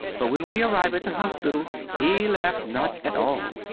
but when we arrive at the hospital he laugh not at all.